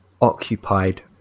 occupied